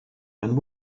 and